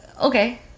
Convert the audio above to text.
okay